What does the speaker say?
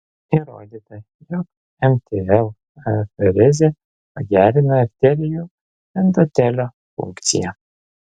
įrodyta jog mtl aferezė pagerina arterijų endotelio funkciją